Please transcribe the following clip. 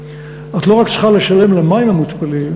את לא רק צריכה לשלם על המים המותפלים,